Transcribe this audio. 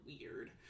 weird